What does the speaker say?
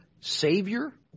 savior